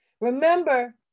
Remember